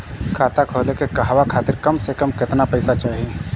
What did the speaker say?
खाता खोले के कहवा खातिर कम से कम केतना पइसा चाहीं?